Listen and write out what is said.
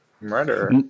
murder